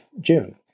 June